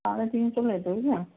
साढ़े तीन सौ लेते हो क्या